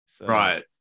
Right